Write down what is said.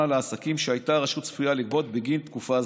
לעסקים שהייתה הרשות צפויה לגבות בגין תקופה זו.